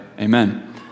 amen